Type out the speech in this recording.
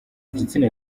igitsina